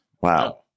Wow